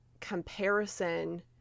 comparison